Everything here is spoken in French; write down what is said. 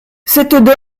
cette